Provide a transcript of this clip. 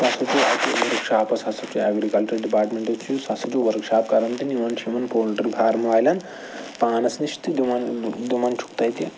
سُہ ہَسا چھُ اَسہِ ؤرٕک شاپس ہَسا چھُ ایٚگرِکَلچَر ڈِپارٹمنٹ یُس چھُ سُہ ہَسا چھُ ؤرٕک شاپ کَران تہٕ نِوان چھُ یِمَن پولٹرٛی فارم والٮ۪ن پانَس نِش تہٕ دِوان دِوان چھُکھ تَتہِ